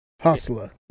Hustler